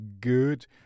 good